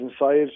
inside